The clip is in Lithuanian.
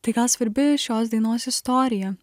tai gal svarbi šios dainos istorija